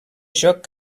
joc